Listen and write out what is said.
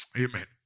Amen